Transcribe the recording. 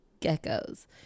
geckos